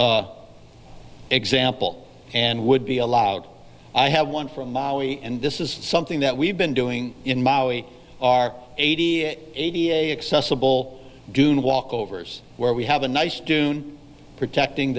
example and would be allowed i have one from maui and this is something that we've been doing in maui our eighty and eighty a accessible dune walkovers where we have a nice dune protecting